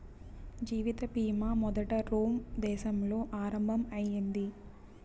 జీవిత బీమా మొదట రోమ్ దేశంలో ఆరంభం అయింది